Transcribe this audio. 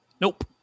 Nope